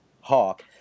Hawk